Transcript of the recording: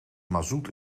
mazout